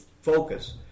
focus